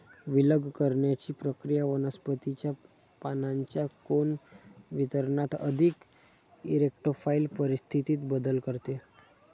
विलग करण्याची प्रक्रिया वनस्पतीच्या पानांच्या कोन वितरणात अधिक इरेक्टोफाइल परिस्थितीत बदल करते